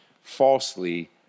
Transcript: falsely